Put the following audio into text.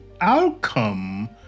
outcome